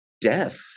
death